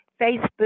Facebook